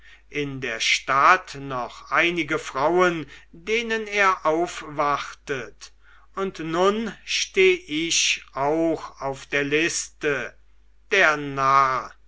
in der stadt noch einige frauen denen er aufwartet und nun steh ich auch auf der liste der narr